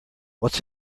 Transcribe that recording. what’s